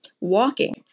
walking